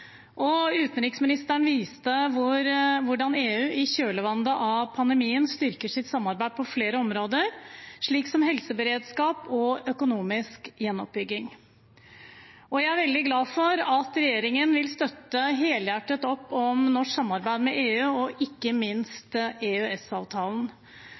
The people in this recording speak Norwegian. Utenriksministeren viste til hvordan EU i kjølvannet av pandemien styrker sitt samarbeid på flere områder, som helseberedskap og økonomisk gjenoppbygging. Jeg er veldig glad for at regjeringen vil støtte helhjertet opp om norsk samarbeid med EU og ikke